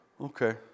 Okay